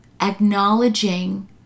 acknowledging